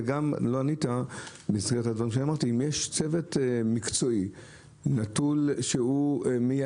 האם יש צוות מקצועי שמייעץ?